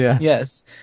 yes